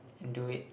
and do it